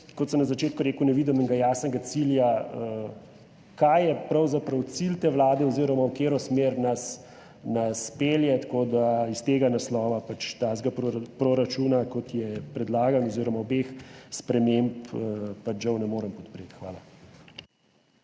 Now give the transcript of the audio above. kot sem na začetku rekel, ne vidim enega jasnega cilja, kaj je pravzaprav cilj te vlade oziroma v katero smer nas pelje. Iz tega naslova pač takega proračuna, kot je predlagan, oziroma obeh sprememb žal ne morem podpreti. Hvala.